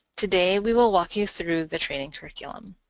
today we will walk you through the training curriculum.